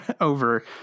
over